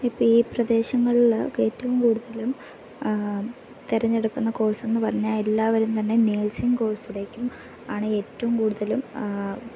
ഇപ്പം ഈ പ്രദേശങ്ങളിൽ ഏറ്റവും കൂടുതലും തെരഞ്ഞെടുക്കുന്ന കോഴ്സെന്നു പറഞ്ഞാൽ എല്ലാവരും തന്നെ നേഴ്സിംഗ് കോഴ്സിലേക്കും ആണ് ഏറ്റവും കൂടുതലും